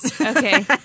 okay